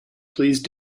please